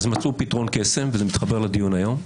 אז מצאו פתרון קסם, וזה מתחבר לדיון היום.